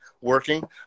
working